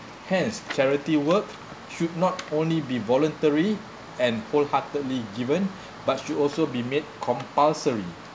hence charity work should not only be voluntary and wholeheartedly given but should also be made compulsory